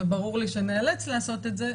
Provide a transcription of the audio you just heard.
וברור לי שניאלץ לעשות את זה,